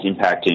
impacting